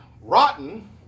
rotten